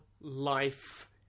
life